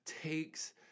takes